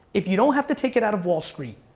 if you don't have to take it out of wall street,